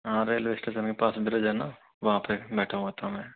हाँ railway station के पास ब्रिज है न वहाँ पे बैठा हुआ था मैं